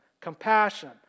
Compassion